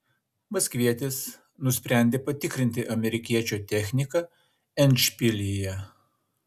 maskvietis nusprendė patikrinti amerikiečio techniką endšpilyje